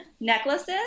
necklaces